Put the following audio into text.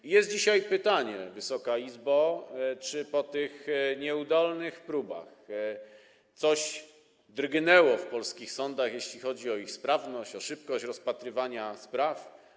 I jest dzisiaj pytanie, Wysoka Izbo, czy po tych nieudolnych próbach coś drgnęło w polskich sądach, jeśli chodzi o ich sprawność, o szybkość rozpatrywania spraw.